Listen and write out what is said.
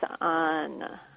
on